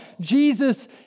Jesus